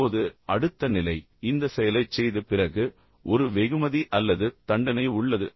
இப்போது அடுத்த நிலை இந்த செயலைச் செய்த பிறகு ஒரு வெகுமதி அல்லது தண்டனை உள்ளது